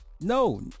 no